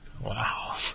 Wow